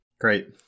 great